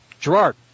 Gerard